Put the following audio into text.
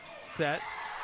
sets